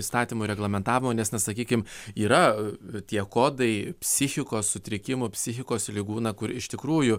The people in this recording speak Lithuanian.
įstatymo reglamentavimo nes na sakykim yra tie kodai psichikos sutrikimų psichikos ligų na kur iš tikrųjų